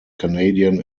canadian